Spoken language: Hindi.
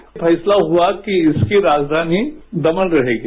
ये फैसला हुआ कि इसकी राजधानी दमन रहेगी